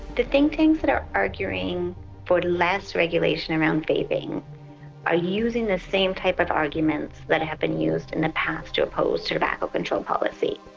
the think that are arguing for less regulation around vaping are using the same type of arguments that have been used in the past to oppose tobacco control policy.